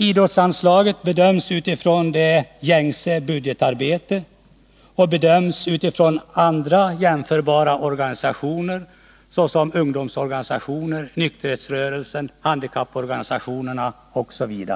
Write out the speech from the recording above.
Idrottsanslaget utformas i det gängse budgetarbetet och bedöms i förhållande till stödet till andra jämförbara organisationer — ungdomsorganisationerna, nykterhetsrörelsen, handikapporganisationerna, osv.